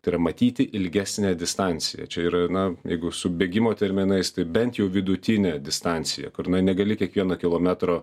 tai yra matyti ilgesnę distanciją čia yra na jeigu su bėgimo terminais tai bent jau vidutinė distancija kad na negali kiekvieno kilometro